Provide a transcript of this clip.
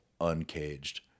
Uncaged